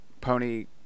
pony